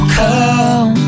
come